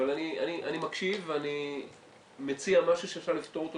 אבל אני מקשיב ואני מציע משהו שאפשר לפתור אותו,